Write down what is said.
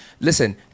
Listen